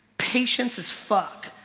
patience is fuck.